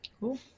Cool